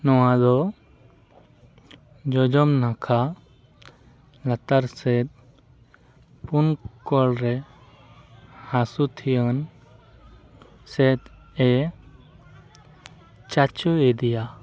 ᱱᱚᱣᱟ ᱫᱚ ᱡᱚᱡᱚᱢ ᱱᱟᱠᱷᱟ ᱞᱟᱛᱟᱨ ᱥᱮᱫ ᱯᱳᱱ ᱠᱚᱬᱨᱮ ᱦᱟᱹᱥᱩ ᱛᱷᱟᱹᱭᱟᱹᱱ ᱥᱮᱫᱮ ᱪᱟᱪᱳ ᱤᱫᱤᱭᱟ